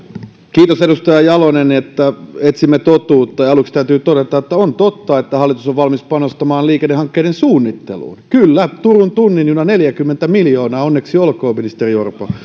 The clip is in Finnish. kiitos edustaja jalonen että etsimme totuutta ja aluksi täytyy todeta että on totta että hallitus on valmis panostamaan liikennehankkeiden suunnitteluun kyllä turun tunnin juna neljäkymmentä miljoonaa onneksi olkoon ministeri orpo